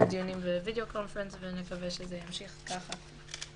דיונים בווידיאו קונפרנס ונקווה שזה יימשך כך.